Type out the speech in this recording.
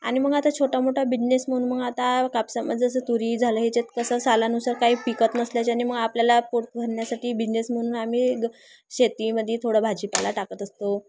आणि मग आता छोटा मोठा बिजनेस म्हणून मग आता कापसामध्ये जसं तुरी झालं ह्याच्यात कसं सालानुसार काही पिकत नसल्याच्याने मग आपल्याला पोट भरण्यासाठी बिजनेस म्हणून आम्ही ग शेतीमध्ये थोडं भाजीपाला टाकत असतो